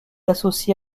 associé